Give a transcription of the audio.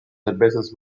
cervezas